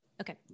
Okay